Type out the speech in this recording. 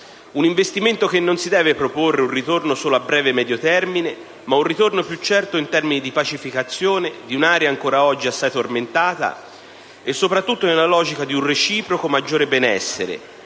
Un investimento che non si deve proporre un ritorno solo a breve e medio termine, ma un ritorno più certo in termini di pacificazione di un'area ancora oggi assai tormentata, e soprattutto nella logica di un reciproco maggiore benessere